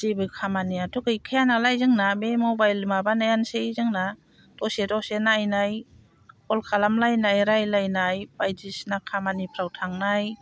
जेबो खामानियाथ' गैखायानालाय जोंना बे मबाइल माबानायानोसै जोंना दसे दसे नायनाय कल खालाम लायनाय रायज्लायनाय बायदिसिना खामानिफ्राव थांनाय